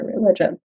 religion